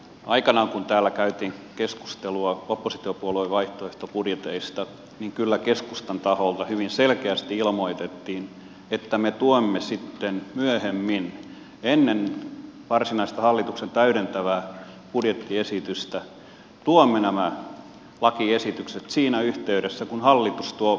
aikanaan kun täällä käytiin keskustelua oppositiopuolueiden vaihtoehtobudjeteista kyllä keskustan taholta hyvin selkeästi ilmoitettiin että me tuomme sitten myöhemmin ennen varsinaista hallituksen täydentävää budjettiesitystä nämä lakiesitykset siinä yhteydessä kun hallitus tuo omat esityksensä